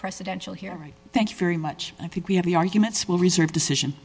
presidential here thank you very much i think we have the arguments will reserve decision